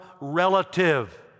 relative